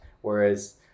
Whereas